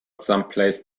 someplace